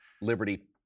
Liberty